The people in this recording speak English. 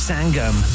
Sangam